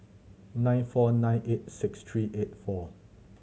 nine four nine eight six three eight four